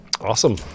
Awesome